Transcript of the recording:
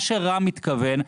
מה שרם מתכוון,